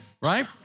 right